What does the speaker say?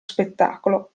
spettacolo